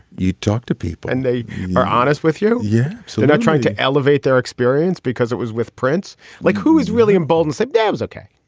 you talk to people and they are honest with you. yeah. so you're not trying to elevate their experience because it was with prince like who is really emboldened symptoms. okay.